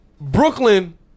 Brooklyn